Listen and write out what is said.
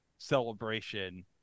celebration